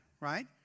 right